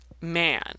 man